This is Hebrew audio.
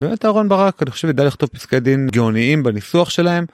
ובאמת אהרון ברק, אני חושב, ידע לכתוב פסקי דין גאוניים בניסוח שלהם.